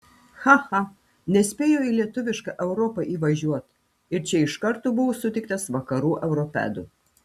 cha cha nespėjo į lietuvišką europą įvažiuot ir čia iš karto buvo sutiktas vakarų europedų